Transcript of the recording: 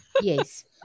yes